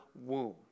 womb